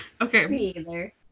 Okay